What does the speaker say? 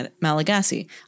Malagasy